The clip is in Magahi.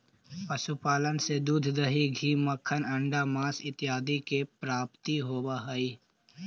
पशुपालन से दूध, दही, घी, मक्खन, अण्डा, माँस इत्यादि के प्राप्ति होवऽ हइ